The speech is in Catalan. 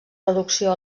reducció